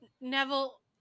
Neville